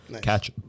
Catch